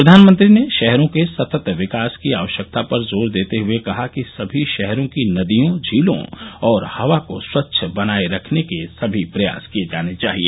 प्रधानमंत्री ने शहरों के सतत विकास की आवश्यकता पर जोर देते हुए कहा कि सभी शहरों की नदियों झीलों और हवा को स्वच्छ बनाए रखने के सभी प्रयास किए जाने चाहिए